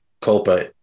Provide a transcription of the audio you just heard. Copa